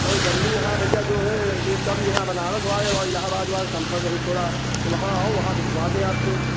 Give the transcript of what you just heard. और गर्मी यहाँ भैया जो है यह कम यहाँ बनारस थोड़ा और इलाहाबाद वहाँ कंपन रही थोड़ा तो वहाँ आओ वहाँ पर घुमा दें आपको